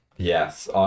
Yes